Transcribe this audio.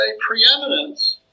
preeminence